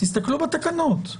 תסתכלו בתקנות.